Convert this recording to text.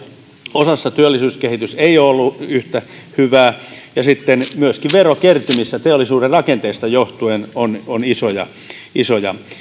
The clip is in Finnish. osassa työllisyyskehitys ei ole ollut yhtä hyvää ja sitten myöskin verokertymissä teollisuuden rakenteista johtuen on on isoja isoja